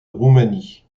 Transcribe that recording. roumanie